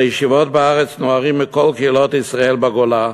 לישיבות בארץ נוהרים מכל קהילות ישראל בגולה.